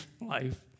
life